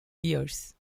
years